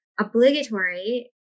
obligatory